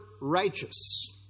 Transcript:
righteous